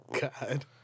God